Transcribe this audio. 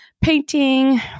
painting